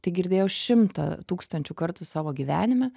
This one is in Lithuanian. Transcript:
tai girdėjau šimtą tūkstančių kartų savo gyvenime